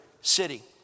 city